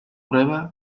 prueba